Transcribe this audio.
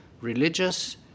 religious